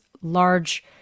large